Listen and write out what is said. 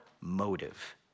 motive